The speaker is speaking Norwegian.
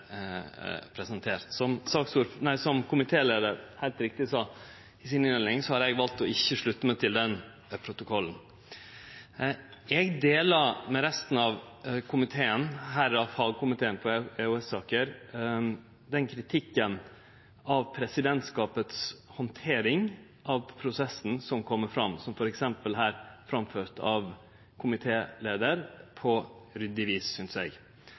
presentert: Som komitéleiaren heilt riktig sa i si innleiing, har eg valt ikkje å slutte meg til den protokollen. Eg delar med resten av komiteen, m.a. fagkomiteen for EOS-saker, den kritikken av presidentskapets handtering av prosessen som kjem fram, f.eks. framført av komitéleiaren på ryddig vis, synest eg.